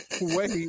Wait